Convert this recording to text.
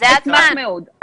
אשמח מאוד.